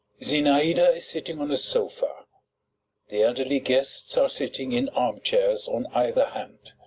zinaida is sitting on a sofa the elderly guests are sitting in arm-chairs on either hand.